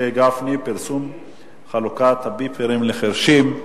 של חבר הכנסת משה גפני: פרסום חלוקת הביפרים לחירשים,